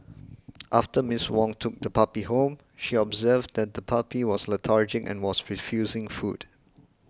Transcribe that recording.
after Miss Wong took the puppy home she observed that the puppy was lethargic and was refusing food